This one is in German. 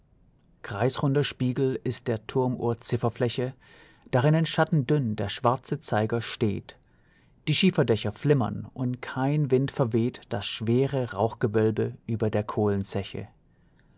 kreisrunder spiegel ist der turmuhr zifferfläche darinnen schattendünn der schwarze zeiger steht die schieferdächer flimmern und kein wind verweht das schwere rauchgewölbe über der